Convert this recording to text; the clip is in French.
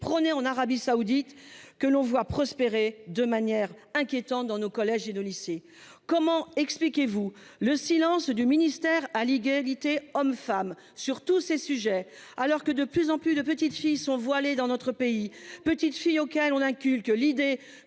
prônée en Arabie Saoudite, que l'on voit prospérer de manière inquiétante dans nos collèges et de lycées. Comment expliquez-vous le silence du ministère à l'égalité femme sur tous ces sujets. Alors que de plus en plus de petites filles sont voilées dans notre pays. Petite fille auxquels on inculque l'idée